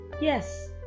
Yes